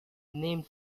named